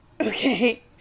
okay